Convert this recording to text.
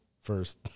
first